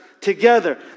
together